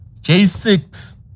J6